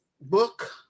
book